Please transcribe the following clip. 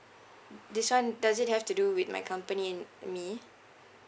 mm this [one] does it have to do with my company and me